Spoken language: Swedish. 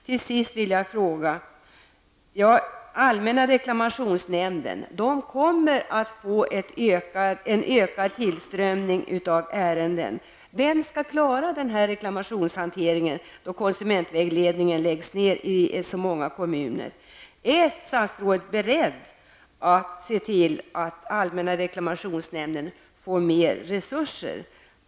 Till sist vill jag fråga: Allmänna reklamationsnämnden kommer att få en ökad tillströmning av ärenden, vem skall klara reklamationshanteringen då konsumentvägledningen läggs ned i så många kommuner? Är statsrådet beredd att se till att allmänna reklamationsnämnden får mer resurser?